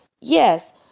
yes